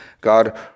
God